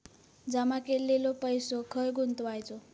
जमा केलेलो पैसो खय गुंतवायचो?